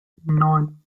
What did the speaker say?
neun